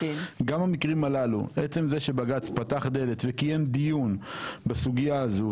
גם במקרים הללו עצם זה שבג"צ פתח דלת וקיים דיון בסוגיה הזו,